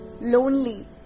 lonely